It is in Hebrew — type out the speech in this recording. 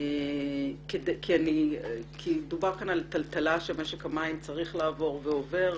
כי דובר כאן על טלטלה שמשק המים צריך לעבור והוא עובר.